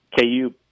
KU